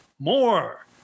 more